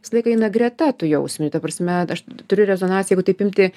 visą laiką eina greta tų jausminių ta prasme aš turiu rezonaciją jeigu taip imti